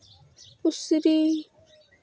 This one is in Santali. ᱯᱩᱥᱨᱤ